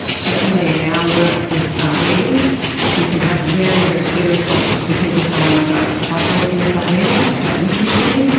certainly in our work with leaders you can have very, very clear responses from people saying i ah don't like working with that leader, they don't listen to me'.